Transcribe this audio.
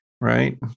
right